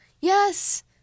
Yes